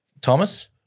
Thomas